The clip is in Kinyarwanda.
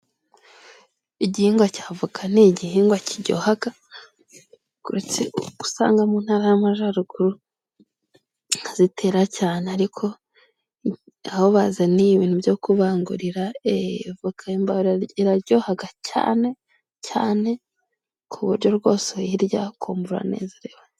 Igihingwa cya avoka ni igihingwa kijyohaga, usanga mu Ntara y'Amajaruguru zitera cyane ariko aho bazaniye ibintu byo kubangurira, eee avoka iraryohaga cyane cyane ku buryo rwose uyirya ukumva uranezerewe.